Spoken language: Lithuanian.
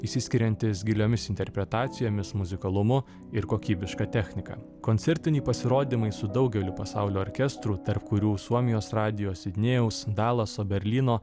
išsiskiriantis giliomis interpretacijomis muzikalumu ir kokybiška technika koncertiniai pasirodymai su daugeliu pasaulio orkestrų tarp kurių suomijos radijo sidnėjaus dalaso berlyno